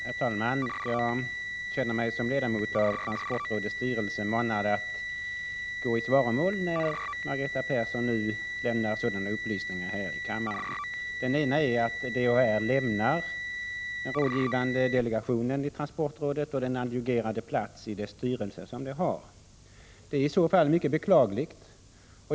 Herr talman! Jag känner mig som ledamot av transportrådets styrelse manad att gå i svaromål när Margareta Persson här i kammaren lämnar upplysning om att DHR lämnar den rådgivande delegationen i transportrådet och den adjungerade plats i dess styrelse som organisationen har. Det är i så fall mycket beklagligt.